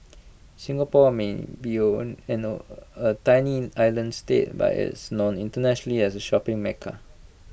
Singapore may be A tiny island state but IT is known internationally as A shopping mecca